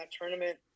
tournament